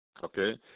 okay